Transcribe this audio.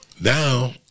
now